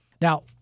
Now